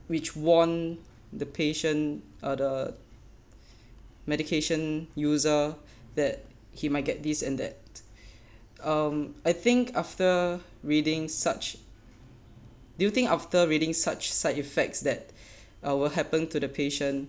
which warn the patient or the medication user that he might get this and that um I think after reading such do you think after reading such side effects that uh what happen to the patient